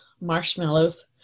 marshmallows